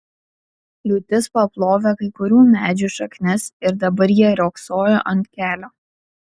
liūtis paplovė kai kurių medžių šaknis ir dabar jie riogsojo ant kelio